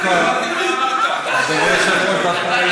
אתה תומך בחוק?